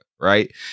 right